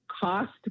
cost